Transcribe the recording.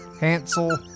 Hansel